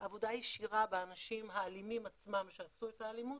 עבודה ישירה באנשים האלימים עצמם שעשו את האלימות,